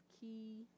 key